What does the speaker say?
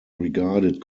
regarded